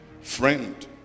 friend